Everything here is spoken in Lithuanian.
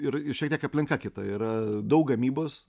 ir šiek tiek aplinka kita yra daug gamybos